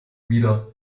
wider